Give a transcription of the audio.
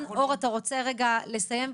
אור, אתה רוצה לסיים?